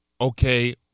Okay